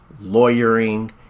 Lawyering